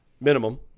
minimum